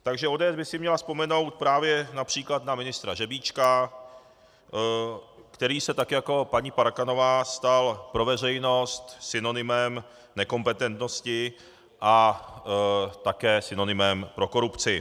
Takže ODS by si měla vzpomenout právě například na ministra Řebíčka, který se tak jako paní Parkanová stal pro veřejnost synonymem nekompetentnosti a také synonymem pro korupci.